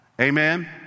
Amen